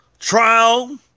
Trial